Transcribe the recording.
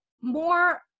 more